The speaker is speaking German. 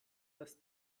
dass